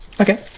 Okay